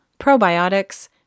probiotics